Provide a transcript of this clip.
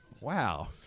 Wow